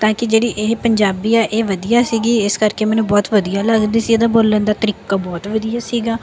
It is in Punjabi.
ਤਾਂ ਕਿ ਜਿਹੜੀ ਇਹ ਪੰਜਾਬੀ ਆ ਇਹ ਵਧੀਆ ਸੀਗੀ ਇਸ ਕਰਕੇ ਮੈਨੂੰ ਬਹੁਤ ਵਧੀਆ ਲੱਗਦੀ ਸੀ ਇਹਦਾ ਬੋਲਣ ਦਾ ਤਰੀਕਾ ਬਹੁਤ ਵਧੀਆ ਸੀਗਾ